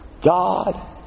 God